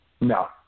No